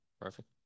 Perfect